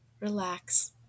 relax